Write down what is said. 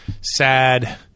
sad